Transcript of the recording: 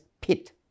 pit